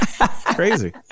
crazy